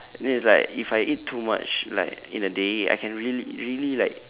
then it's like if I eat too much like in a day I can really really like